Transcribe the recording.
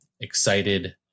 excited